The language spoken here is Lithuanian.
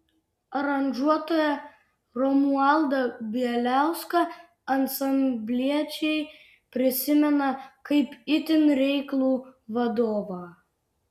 aranžuotoją romualdą bieliauską ansambliečiai prisimena kaip itin reiklų vadovą